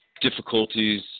Difficulties